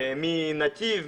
מנתיב,